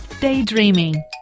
daydreaming